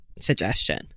suggestion